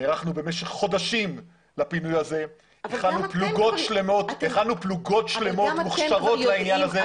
נערכנו במשך חודשים לפינוי הזה והכנו פלוגות שלמות מוכשרות לעניין הזה.